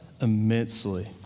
immensely